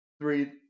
Three